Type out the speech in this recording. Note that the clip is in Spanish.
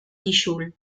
tixul